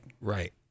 Right